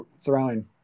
throwing